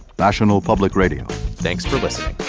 national public radio thanks for listening